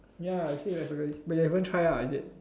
ya actually regularly but you haven't try lah is it